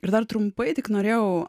ir dar trumpai tik norėjau